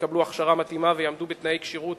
שיקבלו הכשרה מתאימה ויעמדו בתנאי כשירות